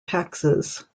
taxes